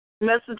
Message